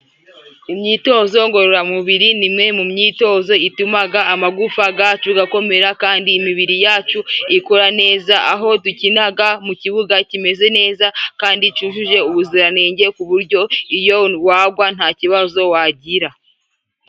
Imyitozo ngororamubiri ni imwe mu myitozo itumaga amagufa gacu gakomera, kandi imibiri yacu ikora neza aho dukinaga mu kibuga kimeze neza, kandi cyujuje ubuziranenge ku buryo iyo wagwa nta kibazo wagira.